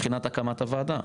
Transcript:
ב' בחינת הקמת הוועדה,